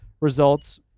results